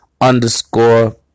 underscore